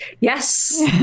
Yes